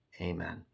Amen